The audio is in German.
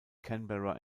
canberra